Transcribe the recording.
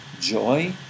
joy